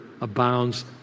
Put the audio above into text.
abounds